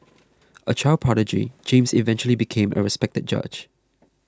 a child prodigy James eventually became a respected judge